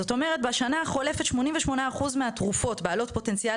זאת אומרת בשנה החולפת כ-88% מהתרופות בעלות פוטנציאל